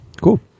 Cool